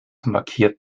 markiert